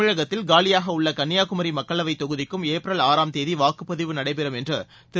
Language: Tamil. தமிழகத்தில் காலியாகஉள்ளகன்னியாகுமரிமக்களவைத்தொகுதிக்கும் ஏப்ரல் ஆறாம் தேதிவாக்குப்பதிவு நடைபெறும் என்றுதிரு